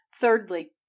Thirdly